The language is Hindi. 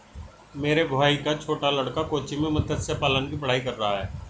मेरे भाई का छोटा लड़का कोच्चि में मत्स्य पालन की पढ़ाई कर रहा है